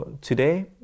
today